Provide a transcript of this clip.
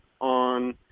on